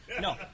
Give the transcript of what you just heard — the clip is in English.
No